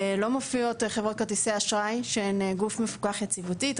לא מופיעות חברות כרטיסי האשראי שהן גוף מפוקח יציבותית,